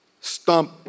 stump